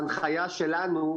ההנחיה שלנו,